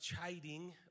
chiding